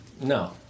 No